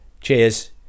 cheers